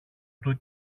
του